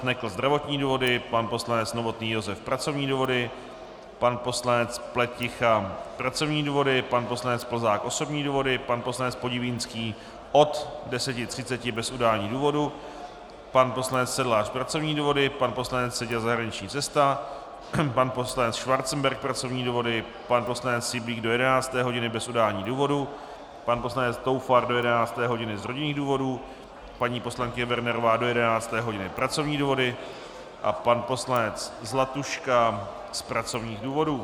Nekl zdravotní důvody, pan poslanec Novotný Josef pracovní důvody, pan poslanec Pleticha pracovní důvody, pan poslanec Plzák osobní důvody, pan poslanec Podivínský od 10.30 bez udání důvodu, pan poslanec Sedlář pracovní důvody, pan poslanec Seďa zahraniční cesta, pan poslanec Schwarzenberg pracovní důvody, pan poslanec Syblík do 11 hodin bez udání důvodu, pan poslanec Toufar do 11. hodiny z rodinných důvodů, paní poslankyně Wernerová do 11. hodiny pracovní důvody a pan poslanec Zlatuška z pracovních důvodů.